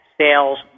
sales